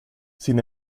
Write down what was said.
sin